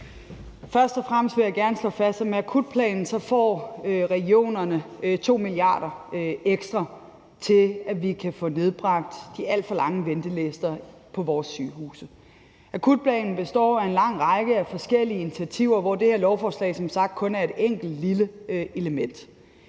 Først og fremmest vil jeg gerne slå fast, at med akutplanen får regionerne 2 mia. kr. ekstra til at få nedbragt de alt for lange ventelister på vores sygehuse. Akutplanen består af en lang række af forskellige initiativer, hvor det her lovforslag som sagt kun er et enkelt lille element.